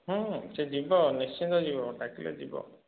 ସେ ଯିବ ନିଶ୍ଚିନ୍ତ ଯିବ ଡାକିଲେ ଯିବ